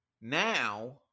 now